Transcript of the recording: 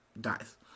Dies